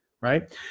right